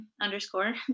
underscore